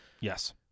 Yes